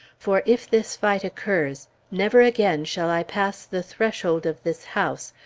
for if this fight occurs, never again shall i pass the threshold of this house,